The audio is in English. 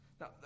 Now